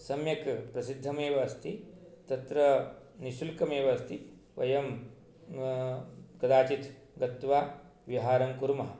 सम्यक् प्रसिद्धमेव अस्ति तत्र निःशुल्कमेव अस्ति वयं कदाचित् गत्वा विहारं कुर्मः